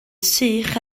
sych